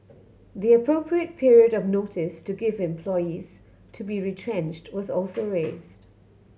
the appropriate period of notice to give employees to be retrenched was also raised